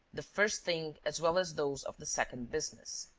the first thing as well as those of the second business.